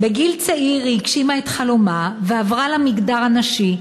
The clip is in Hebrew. בגיל צעיר היא הגשימה את חלומה ועברה למגדר הנשי,